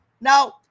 Now